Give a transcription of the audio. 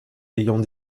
ayant